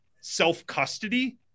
self-custody